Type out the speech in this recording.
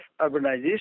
urbanization